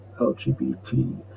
LGBT